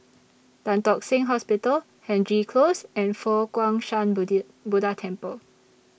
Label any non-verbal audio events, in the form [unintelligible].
Tan Tock Seng Hospital Hendry Close and Fo Guang Shan [unintelligible] Buddha Temple